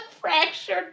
fractured